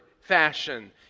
fashion